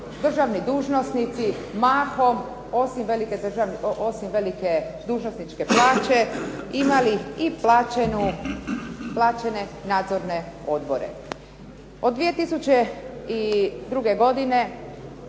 državni dužnosnici mahom, osim velike dužnosničke plaće imali i plaćene nadzorne odbore. Od 2002. godine